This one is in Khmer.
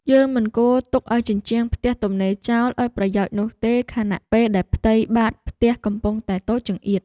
យើងមិនគួរទុកឱ្យជញ្ជាំងផ្ទះទំនេរចោលឥតប្រយោជន៍នោះទេខណៈពេលដែលផ្ទៃបាតផ្ទះកំពុងតែតូចចង្អៀត។